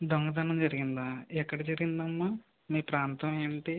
దొంగతనం జరిగిందా ఎక్కడ జరిగింది అమ్మ మీ ప్రాంతం ఏంటి